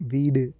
வீடு